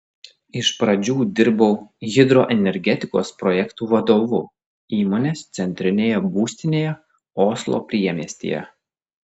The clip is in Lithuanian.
iš pradžių dirbau hidroenergetikos projektų vadovu įmonės centrinėje būstinėje oslo priemiestyje